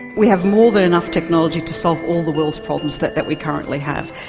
we have more than enough technology to solve all the world's problems that that we currently have.